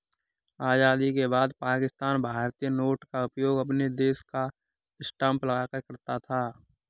आजादी के बाद पाकिस्तान भारतीय नोट का उपयोग अपने देश का स्टांप लगाकर करता था